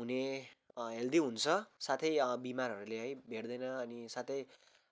हुने हेल्दी हुन्छ साथै बिमारहरूले है भेट्दैन अनि साथै